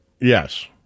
yes